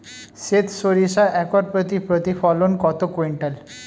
সেত সরিষা একর প্রতি প্রতিফলন কত কুইন্টাল?